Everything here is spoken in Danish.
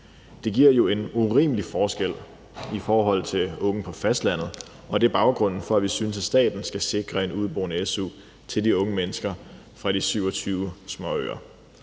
Det giver jo en urimelig forskel i forhold til unge på fastlandet, og det er baggrunden for, at vi synes, at staten skal sikre en udeboende su til de unge mennesker fra de 27 småøer.